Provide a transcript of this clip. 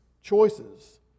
choices